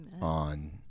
on